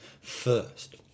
first